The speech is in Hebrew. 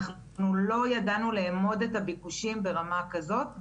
אנחנו לא ידענו לאמוד את הביקושים ברמה כזאת,